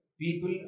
people